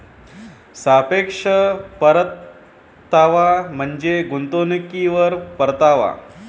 सापेक्ष परतावा म्हणजे गुंतवणुकीवर परतावा